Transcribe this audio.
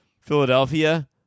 Philadelphia